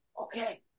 Okay